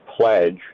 pledge